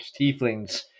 tieflings